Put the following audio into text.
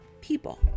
people